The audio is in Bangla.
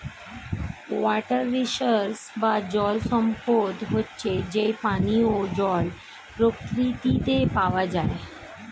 ওয়াটার রিসোর্স বা জল সম্পদ হচ্ছে যেই পানিও জল প্রকৃতিতে পাওয়া যায়